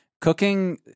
cooking